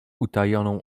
utajoną